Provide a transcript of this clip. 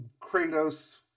Kratos